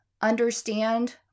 understand